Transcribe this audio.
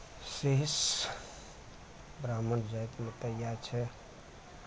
शेष ब्राह्मण जातिमे तऽ इएह छै